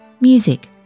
Music